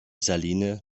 saline